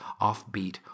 offbeat